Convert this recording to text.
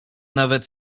nawet